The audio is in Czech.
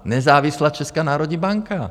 Nezávislá Česká národní banka.